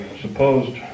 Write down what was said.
supposed